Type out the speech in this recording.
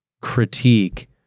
critique